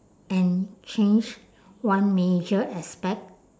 and change one major aspect